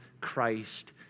Christ